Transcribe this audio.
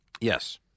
Yes